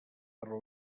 però